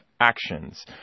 actions